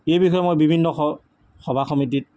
এই বিষয়ে মই বিভিন্ন সভা সমিতিত